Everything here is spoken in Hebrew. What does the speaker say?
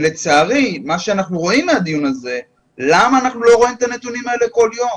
למה אנחנו לא רואים את הנתונים האלה כל יום?